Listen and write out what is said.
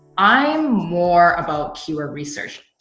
i am more about keyword research.